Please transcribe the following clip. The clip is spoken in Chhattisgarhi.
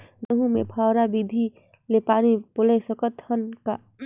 गहूं मे फव्वारा विधि ले पानी पलोय सकत हन का?